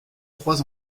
trois